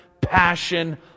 passion